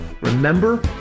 remember